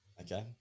Okay